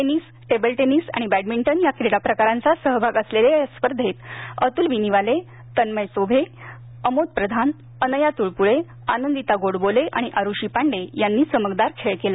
tennis table tennis आणि badminton या क्रीडाप्रकारांचा सहभाग असलेल्या या स्पर्धेंत अतुल बिनिवाले तन्मय चोभे अमोद प्रधान अनया त्रळपुळे आनंदीता गोडबोले आणि आरुषी पांडे यांनी चमकदार खेळ केला